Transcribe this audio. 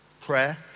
prayer